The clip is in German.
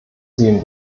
sehen